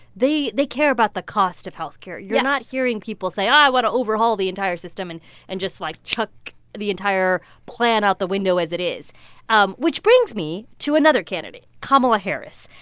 they they care about the cost of health care. you're not hearing people say, i want to overhaul the entire system and and just like chuck the entire plan out the window as it is um which brings me to another candidate kamala harris.